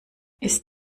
ist